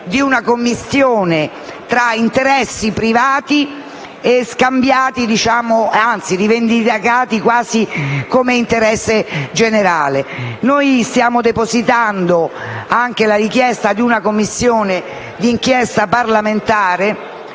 di una commistione tra interessi privati rivendicati quasi come interesse generale. Noi stiamo depositando anche la richiesta di una Commissione d'inchiesta parlamentare